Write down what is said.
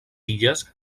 illes